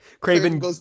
Craven